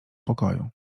pokoju